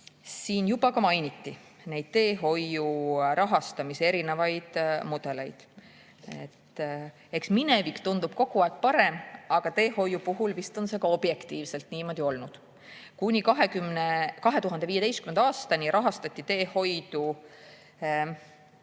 Siin juba mainiti teehoiu rahastamise erinevaid mudeleid. Eks minevik tundub alati parem, aga teehoiu puhul vist on see ka objektiivselt niimoodi olnud. Kuni 2015. aastani oli teehoiuraha